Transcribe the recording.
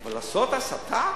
אבל לעשות הסתה?